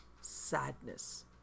sadness